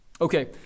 Okay